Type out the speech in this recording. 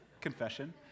confession